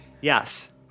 Yes